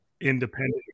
independent